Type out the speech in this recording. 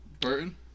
Burton